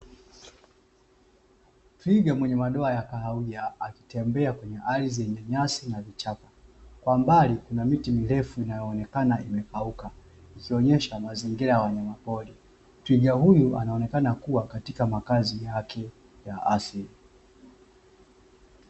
Twiga mwenye madoa ya kahawia, akitembea kwenye ardhi yenye nyasi na vichaka, kwa mbali kuna miti mirefu inayoonekana imepauka, ikionyesha mazingira ya wanyamapori. Twiga huyu anaonekana katika makazi yake ya asili.